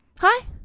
Hi